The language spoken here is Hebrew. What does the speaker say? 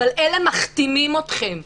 אבל אלה מכתימים אתכם,